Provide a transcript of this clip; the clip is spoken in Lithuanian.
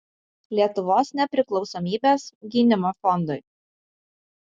lietuvos nepriklausomybės gynimo fondui